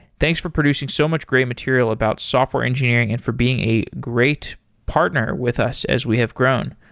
thanks for producing so much great material about software engineering and for being a great partner with us as we have grown.